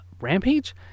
rampage